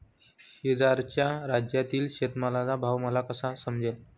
शेजारच्या राज्यातील शेतमालाचा भाव मला कसा समजेल?